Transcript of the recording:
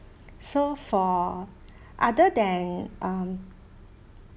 so for other than um